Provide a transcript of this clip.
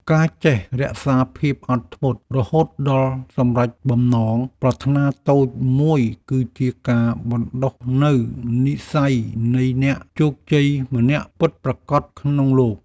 ការចេះរក្សាភាពអត់ធ្មត់រហូតដល់សម្រេចបំណងប្រាថ្នាតូចមួយគឺជាការបណ្តុះនូវនិស្ស័យនៃអ្នកជោគជ័យម្នាក់ពិតប្រាកដក្នុងលោក។